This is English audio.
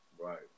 Right